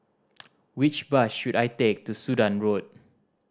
which bus should I take to Sudan Road